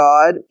God